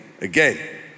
again